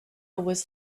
was